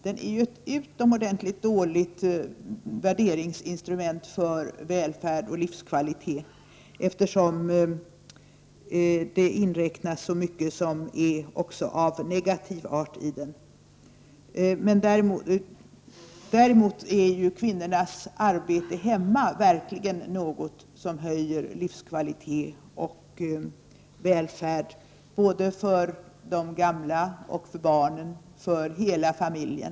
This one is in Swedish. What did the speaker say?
Den är ett utomordentligt dåligt instrument att mäta välfärd och livskvalitet, eftersom det i bruttonationalprodukten inräknas som mycket av negativ art. Däremot är kvinnornas arbete hemma verkligen något som höjer livskvalitet och välfärd, både för de gamla och för barnen, för hela familjen.